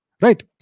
right